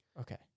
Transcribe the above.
Okay